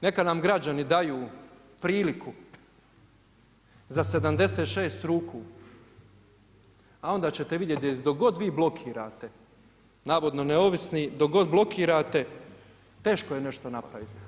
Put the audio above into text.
Neka nam građani daju priliku, za 76 ruku, a onda ćete vidjeti, dok god vi blokirate, navodno neovisni, dok god blokirate, teško je nešto napraviti.